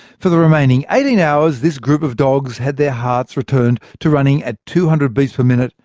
for the remaining eighteen hours, this group of dogs had their hearts returned to running at two hundred beats per minute,